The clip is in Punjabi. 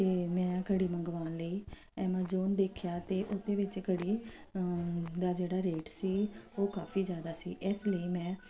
ਅਤੇ ਮੈਂ ਘੜੀ ਮੰਗਵਾਉਣ ਲਈ ਐਮਾਜੋਨ ਦੇਖਿਆ ਅਤੇ ਉਹਦੇ ਵਿੱਚ ਘੜੀ ਦਾ ਜਿਹੜਾ ਰੇਟ ਸੀ ਉਹ ਕਾਫੀ ਜ਼ਿਆਦਾ ਸੀ ਇਸ ਲਈ ਮੈਂ